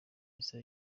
issa